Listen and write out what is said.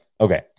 okay